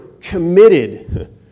committed